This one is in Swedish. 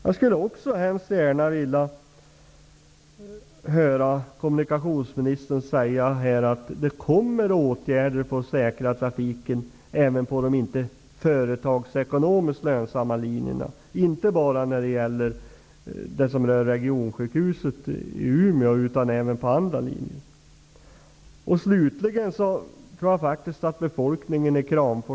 Jag vill också höra kommunikationsministern säga att det kommer att vidtas åtgärder för att säkra trafiken även på de linjer som företagsekonomiskt inte är lönsamma. Det gäller inte bara den linje som rör sjukhuset i Umeå utan även andra linjer.